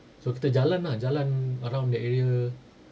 so kita jalan lah jalan around the area